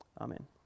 Amen